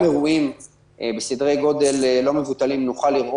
נוכל לראות גם אירועים בסדרי גודל לא מבוטלים.